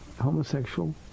homosexual